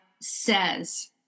says